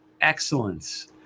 excellence